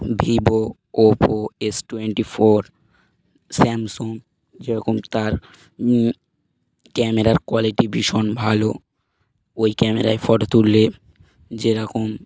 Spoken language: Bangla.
Vivo Oppo S twenty four Samsung যেরকম তার ক্যামেরার কোয়ালিটি ভীষণ ভালো ওই ক্যামেরায় ফটো তুললে যেরকম